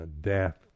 death